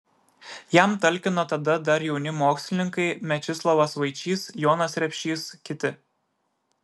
jam talkino tada dar jauni mokslininkai mečislovas vaičys jonas repšys kiti